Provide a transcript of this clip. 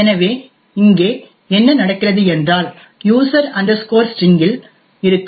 எனவே இங்கே என்ன நடக்கிறது என்றால் யூசர் ஸ்டிரிங் இல் user string இருக்கும்